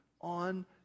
on